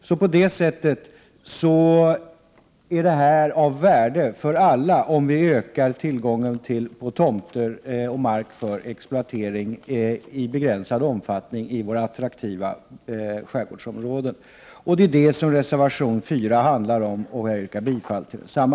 Med tanke på detta är det av värde för alla att tillgången på tomter och mark för exploatering ökas i begränsad omfattning i de attraktiva skärgårdsområdena. Det är dessa synpunkter som framförs i reservation nr 4, och jag yrkar bifall till densamma.